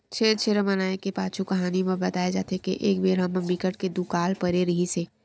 छेरछेरा मनाए के पाछू कहानी म बताए जाथे के एक बेरा म बिकट के दुकाल परे रिहिस हे